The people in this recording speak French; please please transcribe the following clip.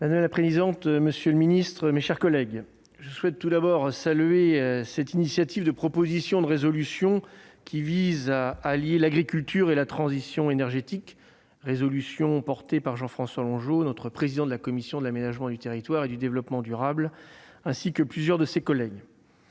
Madame la présidente, monsieur le ministre, mes chers collègues, je souhaite tout d'abord saluer l'initiative de cette proposition de résolution, qui vise à allier l'agriculture et la transition énergétique, prise par Jean-François Longeot, président de la commission de l'aménagement du territoire et du développement durable, et plusieurs de ses collègues.